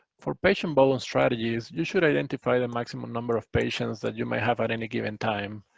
for patient volume strategies, you should identify the maximum number of patients that you may have at any given time.